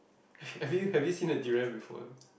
have have you have you seen the durian before or no